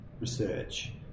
research